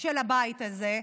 של הבית הזה,